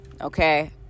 okay